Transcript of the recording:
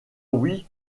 oui